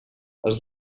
els